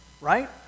right